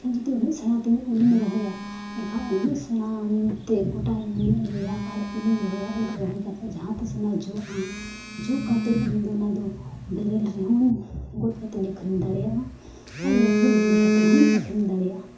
ᱤᱠᱷᱟᱹᱱ ᱡᱩᱫᱤ ᱩᱱᱟᱹᱜ ᱥᱮᱬᱟ ᱛᱮ ᱩᱞᱤᱧ ᱨᱚᱦᱚᱭᱟ ᱮᱱᱠᱷᱟᱱ ᱩᱱᱟᱹᱜ ᱥᱮᱬᱟ ᱛᱮ ᱜᱚᱴᱟ ᱤᱧᱤᱧ ᱤᱭᱟᱹᱭᱟ ᱟᱨ ᱩᱞᱤᱧ ᱨᱚᱦᱚᱭᱟ ᱩᱞ ᱨᱚᱦᱚᱭ ᱠᱟᱛᱮᱫ ᱡᱟᱦᱟᱸ ᱛᱤᱥ ᱚᱱᱟ ᱡᱚᱜᱼᱟ ᱡᱚ ᱠᱟᱛᱮᱫ ᱤᱧ ᱫᱚ ᱚᱱᱟ ᱫᱚ ᱵᱮᱨᱮᱞ ᱨᱮᱦᱚᱧ ᱜᱚᱫ ᱠᱟᱛᱮᱧ ᱟᱹᱠᱷᱨᱤᱧ ᱫᱟᱲᱮᱭᱟᱜᱼᱟ ᱟᱨ ᱤᱭᱟ ᱯᱷᱤᱨ ᱵᱤᱞᱤ ᱠᱟᱛᱮᱫ ᱦᱚᱸᱧ ᱟᱹᱠᱷᱨᱤᱧ ᱫᱟᱲᱮᱭᱟᱜᱼᱟ